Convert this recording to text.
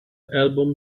album